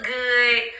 good